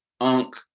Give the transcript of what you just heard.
Unk